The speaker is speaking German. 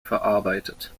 verarbeitet